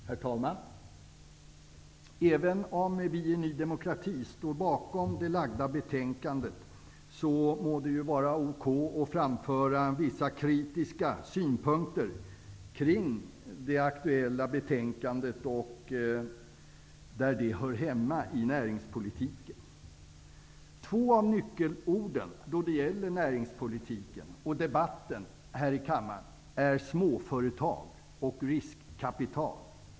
Herr talman! Även om vi i Ny demokrati står bakom det framlagda utskottsbetänkandet, må det vara okej att framföra vissa kritiska synpunkter kring det aktuella betänkandet och det område där det hör hemma, dvs. näringspolitiken. Två av nyckelorden då det gäller näringspolitiken -- och debatten här i kammaren -- är småföretag och riskkapital.